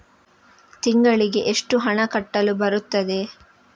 ತಿಂಗಳಿಗೆ ಎಷ್ಟು ಹಣ ಕಟ್ಟಲು ಬರುತ್ತದೆ?